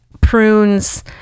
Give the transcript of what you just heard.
prunes